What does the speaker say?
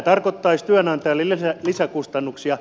tämä tarkoittaisi työnantajalle lisäkustannuksia